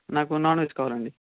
నాకు నాన్వెజ్ కావాలండి